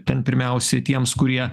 ten pirmiausia tiems kurie